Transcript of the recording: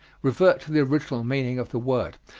revert to the original meaning of the word.